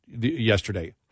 yesterday